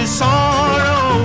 sorrow